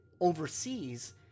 overseas